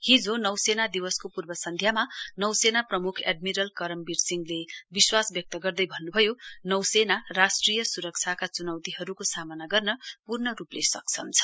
हिजो नौसेना दिवसको पूर्व सन्ध्यामा नौसेना प्रम्ख एडमिरल करमबीर सिंहले विश्वास व्यक्त गर्दै भन्नुभयो नौसेना राष्ट्रिय स्रक्षाको चुनौतीहरूको सामना गर्न पूर्ण रूपले सक्षम छ